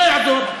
לא יעזור.